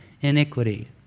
iniquity